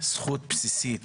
זכות בסיסית